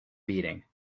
beating